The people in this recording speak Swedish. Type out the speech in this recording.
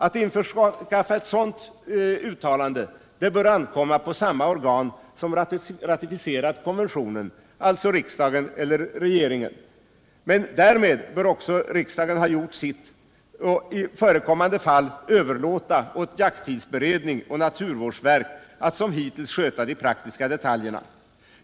Att införskaffa ett sådant uttalande bör ankomma på samma organ som har ratificerat konventionen, alltså riksdagen eller regeringen, men därmed bör också riksdagen ha gjort sitt och i därefter eventuellt förekommande fall överlåta åt jakttidsberedningen och naturvårdsverket att som hittills sköta de praktiska detaljerna.